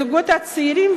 הזוגות הצעירים,